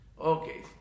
Okay